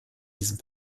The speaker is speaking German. diesem